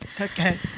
Okay